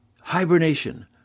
Hibernation